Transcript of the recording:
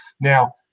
Now